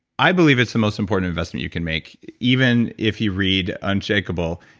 i believe it's the most important investment you can make even if you read unshakable,